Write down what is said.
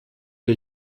wir